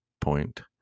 point